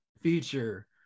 feature